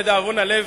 לדאבון הלב,